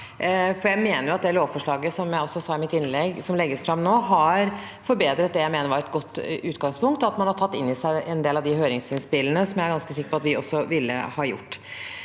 at det lovforslaget som legges fram nå, har forbedret det jeg mener var et godt utgangspunkt, og at man har tatt inn over seg en del høringsinnspill, noe jeg er ganske sikker på at vi også ville ha gjort.